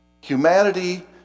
humanity